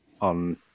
on